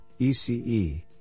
ECE